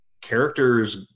characters